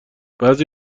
بعضی